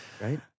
Right